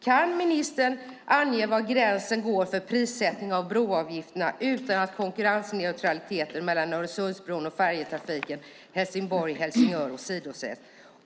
Kan ministern ange var gränsen går för prissättningen av broavgifterna utan att konkurrensneutraliteten mellan Öresundsbron och färjetrafiken Helsingborg-Helsingör åsidosätts?